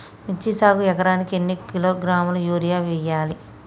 మిర్చి సాగుకు ఎకరానికి ఎన్ని కిలోగ్రాముల యూరియా వేయాలి?